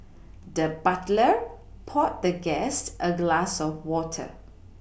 the butler poured the guest a glass of water